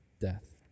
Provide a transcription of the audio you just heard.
death